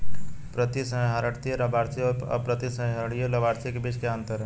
प्रतिसंहरणीय लाभार्थी और अप्रतिसंहरणीय लाभार्थी के बीच क्या अंतर है?